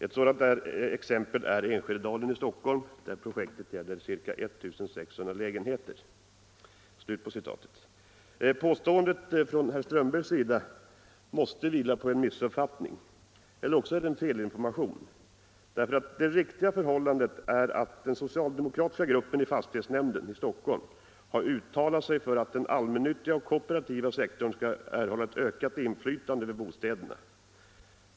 Ett sådant exempel är Enskededalen i Stockholm, där projektet gäller ca 1 600 lägenheter.” Herr Strömbergs påstående måste vila på en missuppfattning — eller också är det en felaktig information. Det riktiga förhållandet är nämligen att den socialdemokratiska gruppen i fastighetsnämnden i Stockholm har uttalat sig för att den allmännyttiga och kooperativa sektorn skall erhålla ett ökat inflytande över bostäderna.